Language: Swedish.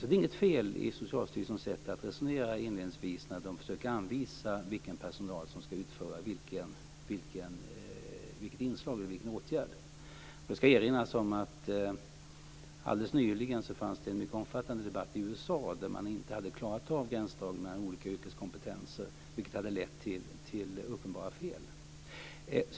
Det är inget fel i Socialstyrelsens sätt att resonera när de försöker anvisa vilken personal som ska utföra vilken åtgärd. Det ska erinras om att det nyligen förekom en mycket omfattande debatt i USA, där man inte hade klarat av gränsdragningen mellan olika yrkeskompetenser vilket hade lett till uppenbara fel.